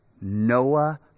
Noah